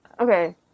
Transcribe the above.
okay